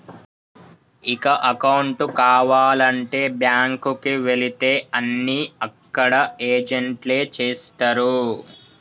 ఇక అకౌంటు కావాలంటే బ్యాంకుకి వెళితే అన్నీ అక్కడ ఏజెంట్లే చేస్తరు